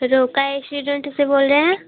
रोका रेसटोरेंट से बोल रहे हैं